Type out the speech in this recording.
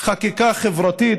חקיקה חברתית,